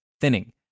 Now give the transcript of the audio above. thinning